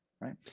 right